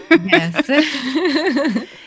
Yes